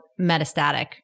metastatic